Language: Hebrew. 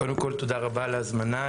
קודם כל תודה רבה על ההזמנה,